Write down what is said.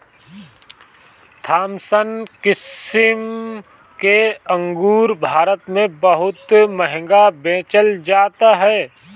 Thompson किसिम के अंगूर भारत में बहुते महंग बेचल जात हअ